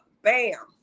Bam